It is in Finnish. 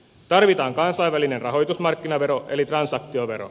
tarvitaan kansainvälinen rahoitusmarkkinavero eli transaktiovero